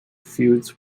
feuds